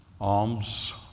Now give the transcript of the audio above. Alms